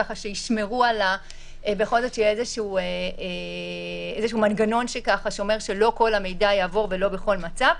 בכל זאת שיהיה איזשהו מנגנון ששומר שלא כל המידע יעבור ולא בכל מצב.